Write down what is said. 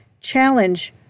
challenge